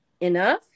enough